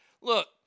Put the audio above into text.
Look